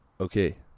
okay